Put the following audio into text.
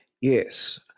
Yes